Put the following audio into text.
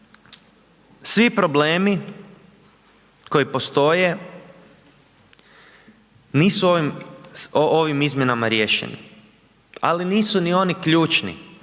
svi problemi koje postoje, nisu ovim, ovim izmjenama riješeni, ali nisu ni oni ključni.